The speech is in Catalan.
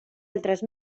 altres